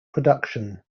production